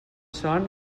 son